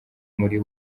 muri